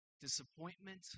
disappointment